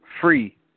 free